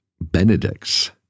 Benedicts